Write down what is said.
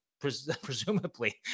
presumably